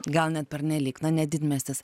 gal net pernelyg na ne didmiestis